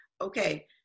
okay